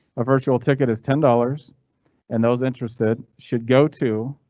a virtual ticket is ten dollars and those interested should go to.